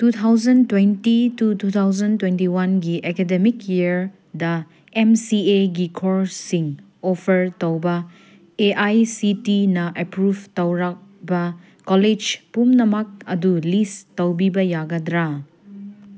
two thousand twenty two two thousand twenty ꯋꯥꯟꯒꯤ academic ꯏꯌꯔꯗ M C ꯑꯦꯒꯤ ꯀꯣꯔꯁꯁꯤꯡ ꯑꯣꯐꯔ ꯇꯧꯕ ꯑꯦ ꯑꯥꯏ ꯁꯤ ꯇꯤꯅ ꯑꯦꯄ꯭ꯔꯨꯞ ꯇꯧꯔꯕ ꯀꯣꯂꯦꯖ ꯄꯨꯝꯅꯃꯛ ꯑꯗꯨ ꯂꯤꯁ ꯇꯧꯕꯤꯕ ꯌꯥꯒꯗ꯭ꯔꯥ